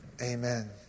Amen